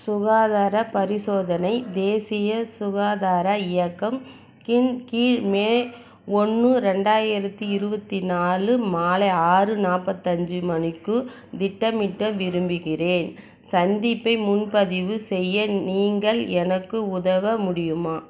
சுகாதாரப் பரிசோதனை தேசிய சுகாதார இயக்கம் கின் கீழ் மே ஒன்று ரெண்டாயிரத்தி இருபத்தி நாலு மாலை ஆறு நாற்பத்தஞ்சு மணிக்கு திட்டமிட்ட விரும்புகின்றேன் சந்திப்பை முன்பதிவு செய்ய நீங்கள் எனக்கு உதவ முடியுமா